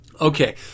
Okay